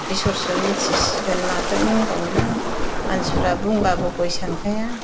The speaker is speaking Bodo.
इसोरसो मिथिसिगोन माथो बुंबावनो मानसिफ्रा बुंब्लाबो हय सानखाया